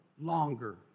longer